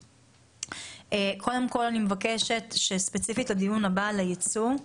קודם כל אני מבקשת שלדיון הבא על הייצוא,